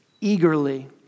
Eagerly